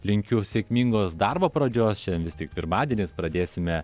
linkiu sėkmingos darbo pradžios šiandien vis tiek pirmadienis pradėsime